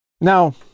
Now